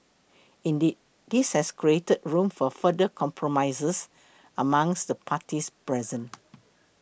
indeed this has created room for further compromises amongst the parties present